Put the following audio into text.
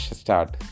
start